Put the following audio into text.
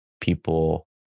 people